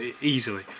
easily